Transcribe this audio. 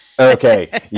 Okay